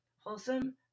wholesome